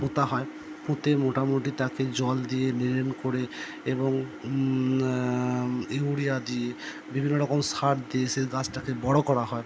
পোঁতা হয় পুঁতে মোটামুটি তাকে জল দিয়ে নিরেন করে এবং ইউরিয়া দিয়ে বিভিন্ন রকম সার দিয়ে সে গাছটাকে বড়ো করা হয়